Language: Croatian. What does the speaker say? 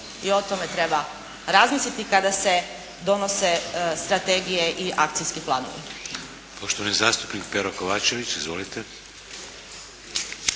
I o tome treba razmisliti kada se donose strategije i akcijski planovi.